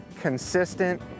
consistent